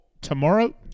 tomorrow